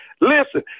Listen